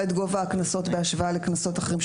את גובה הקנסות בהשוואה לקנסות אחרים.